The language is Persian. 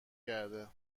کرده